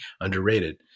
Underrated